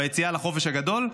ביציאה לחופש הגדול,